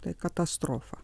tai katastrofa